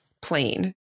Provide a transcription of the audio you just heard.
plain